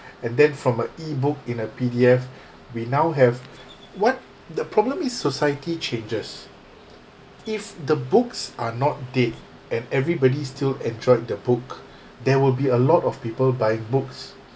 and then from a e-book in a P_D_F we now have what the problem is society changes if the books are not dead and everybody still enjoyed the book there will be a lot of people buying books